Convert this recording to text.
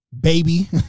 Baby